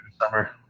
summer